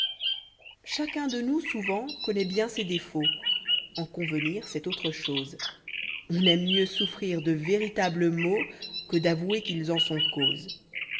vjhacuh de nous souvent conuoît bien ses défauts en convenir c'est autre chose on aime mieux souffrir de véritables maux que d'avouer qu'ils en sont cause